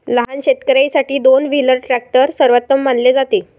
लहान शेतकर्यांसाठी दोन व्हीलर ट्रॅक्टर सर्वोत्तम मानले जाते